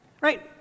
right